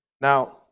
Now